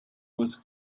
was